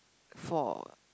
for